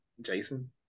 Jason